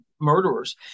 murderers